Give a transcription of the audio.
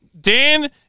Dan